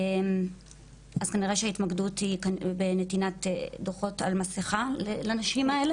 אז כנראה שההתמקדות היא בנתינת דוחות על מסיכה לנשים האלה.